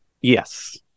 yes